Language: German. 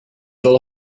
soll